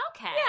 Okay